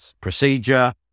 procedure